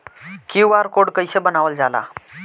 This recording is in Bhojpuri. क्यू.आर कोड कइसे बनवाल जाला?